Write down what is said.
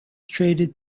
traded